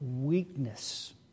weakness